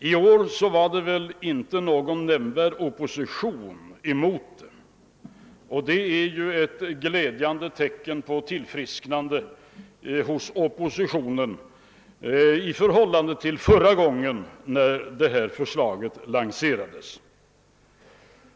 I år var det väl inte någon nämnvärd opposition mot den, och det är ju ett glädjande tecken på tillfrisknande hos oppositionen i jämförelse med förra gången detta förslag lanserades.